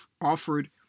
offered